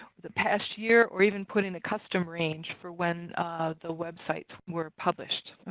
the past year, or even put in a custom range for when the websites were published.